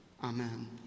Amen